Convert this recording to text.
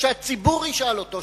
שהציבור ישאל אותו,